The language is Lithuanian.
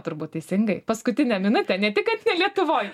turbūt teisingai paskutinę minutę ne tik kad ne lietuvoj